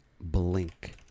Blink